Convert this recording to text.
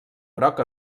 groc